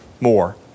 more